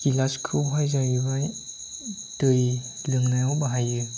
गिलासखौहाय जाहैबाय दै लोंनायाव बाहायो